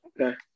Okay